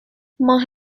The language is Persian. ماه